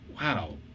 wow